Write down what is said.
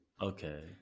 okay